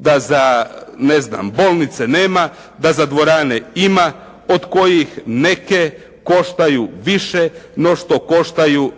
da za, ne znam, bolnice nema, da za dvorane ima od kojih neke koštaju više no što koštaju